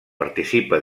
participa